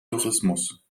tourismus